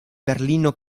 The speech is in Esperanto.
berlino